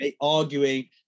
arguing